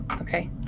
Okay